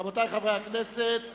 רבותי חברי הכנסת,